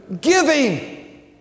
giving